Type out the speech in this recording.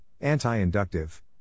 anti-inductive